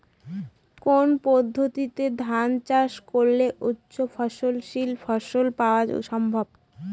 কোন পদ্ধতিতে ধান চাষ করলে উচ্চফলনশীল ফসল পাওয়া সম্ভব?